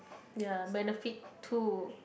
ya benefit too